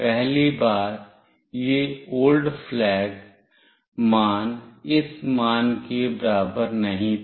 पहली बार यह old flag मान इस मान के बराबर नहीं था